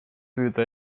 püüda